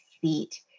feet